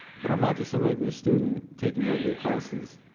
but i'm not just a regular student taking regular classes.